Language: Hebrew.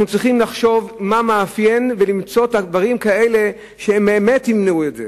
אנחנו צריכים לחשוב מה מאפיין ולמצוא את הדברים האלה שבאמת ימנעו את זה,